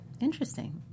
Interesting